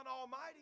Almighty